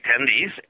attendees